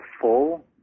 full